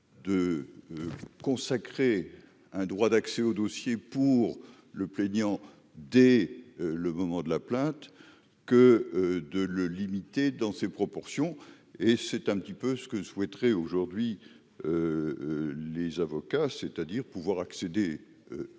de consacrer un droit d'accès au dossier pour le plaignant dès le moment de la plainte que de le limiter dans ces proportions, et c'est un petit peu ce que souhaiterait aujourd'hui les avocats, c'est-à-dire pouvoir accéder